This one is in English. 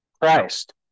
Christ